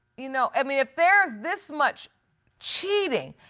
you know, i mean, if there is this much cheating,